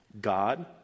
God